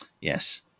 Yes